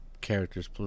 characters